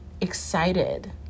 excited